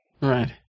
Right